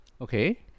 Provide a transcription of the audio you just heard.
Okay